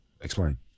explain